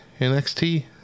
NXT